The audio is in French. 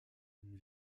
une